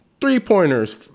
Three-pointers